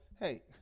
hey